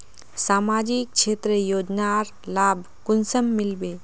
सामाजिक क्षेत्र योजनार लाभ कुंसम मिलबे?